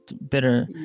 better